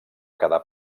quedar